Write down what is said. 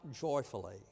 joyfully